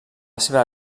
seva